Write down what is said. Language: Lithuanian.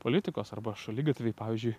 politikos arba šaligatviai pavyzdžiui